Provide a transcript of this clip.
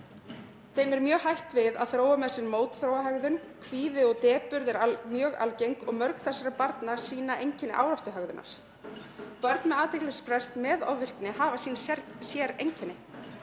Þeim er mjög hætt við að þróa með sér mótþróahegðun. Kvíði og depurð er algeng og mörg þessara barna sýna einkenni áráttuhegðunar. Börn með athyglisbrest með ofvirkni hafa sín séreinkenni.